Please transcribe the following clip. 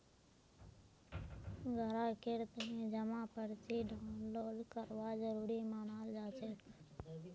ग्राहकेर तने जमा पर्ची डाउनलोड करवा जरूरी मनाल जाछेक